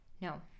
no